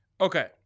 Okay